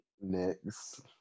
next